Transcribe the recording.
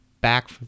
back